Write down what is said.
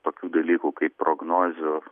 tokių dalykų kaip prognozių